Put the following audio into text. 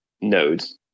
nodes